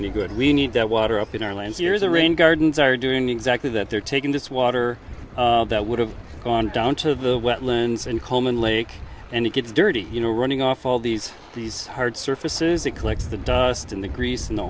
any good we need that water up in our land here's a rain gardens are doing exactly that they're taking this water that would have gone down to the wetlands and coleman lake and it gets dirty you know running off all these these hard surfaces it collects the dust in the grease and the